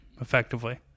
effectively